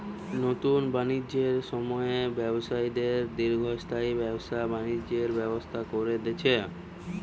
নুতন বাণিজ্যের সময়ে ব্যবসায়ীদের দীর্ঘস্থায়ী ব্যবসা বাণিজ্যের ব্যবস্থা কোরে দিচ্ছে